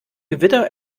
gewitter